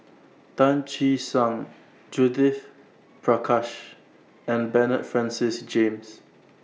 Tan Che Sang Judith Prakash and Bernard Francis James